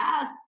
Yes